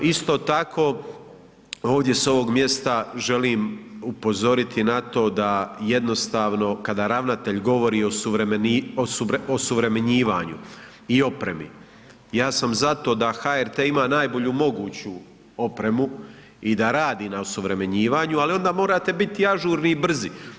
Isto tako ovdje s ovog mjesta želim upozoriti na to da jednostavno kada ravnatelj govori o osuvremenjivanju i opremi, ja sam za to da HRT ima najbolju moguću opremu i da radi na osuvremenjivanju, ali onda morate biti ažurni i brzi.